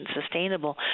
sustainable